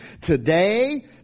Today